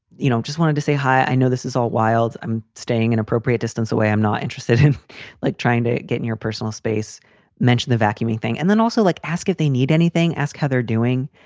you know, just wanted to say hi. i know this is all wild. i'm staying an and appropriate distance distance away. i'm not interested in like trying to get in your personal space mentioned the vacuuming thing and then also like ask if they need anything, ask how they're doing.